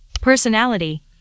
personality